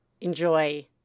enjoy